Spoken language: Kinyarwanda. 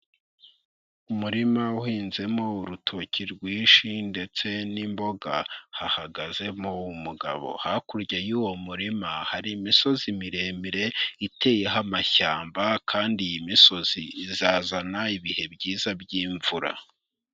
Umurima uhinzemo urutoki rwinshi ndetse n'imboga, hahagaze umugabo, hakurya y'uwo murima hari imisozi miremire iteyeho amashyamba kandi iyi misozi izazana ibihe byiza by'imvura.